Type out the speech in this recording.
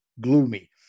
gloomy